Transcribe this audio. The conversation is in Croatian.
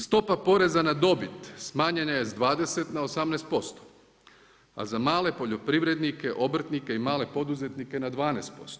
Stopa poreza na dobit smanjena je sa 20 na 18% a za male poljoprivrednike, obrtnike i male poduzetnike na 12%